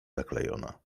zaklejona